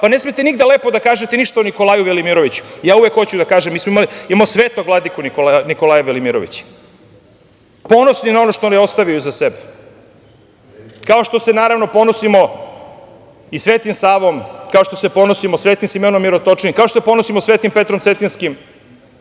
i ne smete nigde lepo da kažete ništa o Nikolaju Velimiroviću. Ja uvek hoću da kažem, mi smo imali Svetog Vladiku Nikolaja Velimirovića, ponosni na ono što je ostavio iza sebe. Kao što se, naravno, ponosimo i Svetim Savom, kao što se ponosimo Svetim Simeonom Mirotočivim, kao što se ponosimo Svetim Petrom Cetinjskim,